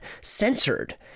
censored